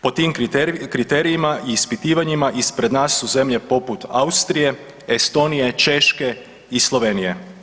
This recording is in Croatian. Pod tim kriterijima i ispitivanjima ispred nas su zemlje poput Austrije, Estonije, Češke i Slovenije.